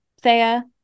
Thea